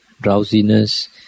drowsiness